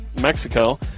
Mexico